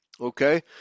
okay